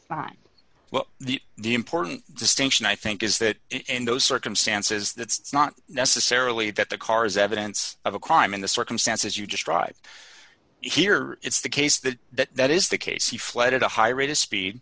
the the important distinction i think is that in those circumstances that it's not necessarily that the car is evidence of a crime in the circumstances you described here it's the case that that that is the case he fled at a high rate of speed